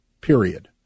period